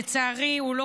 הצעת חוק שירותי הובלה